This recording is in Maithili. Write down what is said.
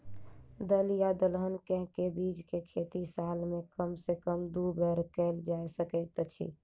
दल या दलहन केँ के बीज केँ खेती साल मे कम सँ कम दु बेर कैल जाय सकैत अछि?